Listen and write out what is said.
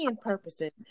purposes